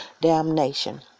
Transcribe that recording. damnation